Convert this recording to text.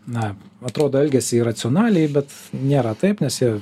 na atrodo elgiasi racionaliai bet nėra taip nes jie